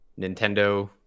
Nintendo